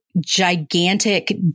gigantic